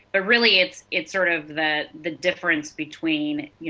but really it's it's sort of that the difference between you,